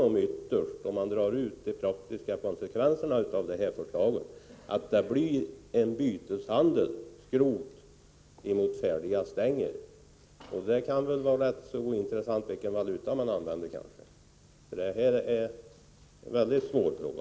Om man drar de praktiska konsekvenserna av förslaget, blir det ytterst fråga om en byteshandel — skrot mot färdiga stänger. Det kan väl vara rätt ointressant vilken valuta man använder. Det här är en mycket svår fråga.